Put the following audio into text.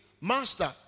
Master